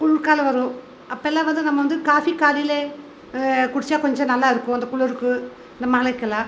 குளிர் காலம் வரும் அப்போல்லாம் வந்து நம்ம வந்து காஃபி காலையில் குடிச்சால் கொஞ்சம் நல்லாயிருக்கும் அந்த குளிருக்கு இந்த மழைக்கெல்லாம்